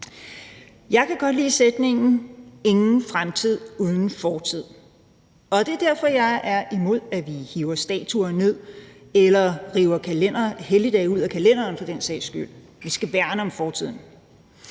Jeg kan godt lide talemåden: Ingen fremtid uden fortid. Det er derfor, jeg er imod, at vi hiver statuer ned eller river helligdage ud af kalenderen for den sags skyld. Vi skal værne om fortiden.